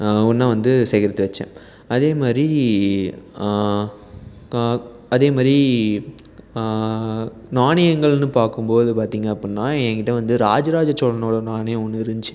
ஒன்றா வந்து சேகரித்து வைச்சேன் அதேமாதிரி அதேமாதிரி நாணயங்கள்னு பார்க்கும்போது பார்த்தீங்க அப்புடினா என் கிட்டே வந்து ராஜராஜ சோழனோட நாணயம் ஒன்று இருந்துச்சி